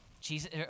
Jesus